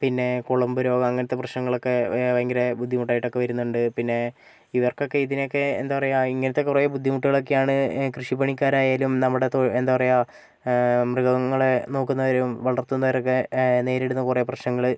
പിന്നെ കുളമ്പ് രോഗം അങ്ങനത്തെ പ്രശ്നങ്ങളൊക്കെ ഭയങ്കര ബുദ്ധിമുട്ടായിട്ടൊക്കെ വരുന്നുണ്ട് പിന്നെ ഇവർക്കൊക്കെ ഇതിനൊക്കെ എന്താ പറയാ ഇങ്ങനത്തെ കുറേ ബുദ്ധിമുട്ടുകളോക്കെയാണ് കൃഷിപ്പണിക്കാരായാലും നമ്മുടെ തൊഴിൽ എന്താ പറയാ മൃഗങ്ങളെ നോക്കുന്നവരും വളർത്തുന്നവരൊക്കെ നേരിടുന്ന കുറേ പ്രശ്നങ്ങൾ